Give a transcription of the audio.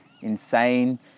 insane